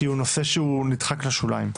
כי הוא נושא שנדחק לשוליים.